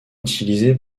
utilisé